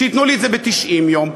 ושייתנו לי את זה בתוך 90 יום,